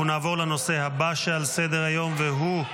אנחנו נעבור לנושא הבא שעל סדר-היום והוא: